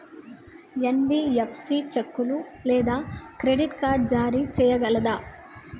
NBFC చెక్కులు లేదా credit card జారీ చేయగలదా?